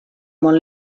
món